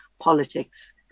politics